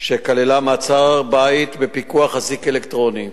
שכללה מעצר-בית בפיקוח אזיק אלקטרוני.